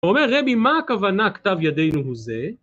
הוא אומר רבי מה הכוונה כתב ידינו הוא זה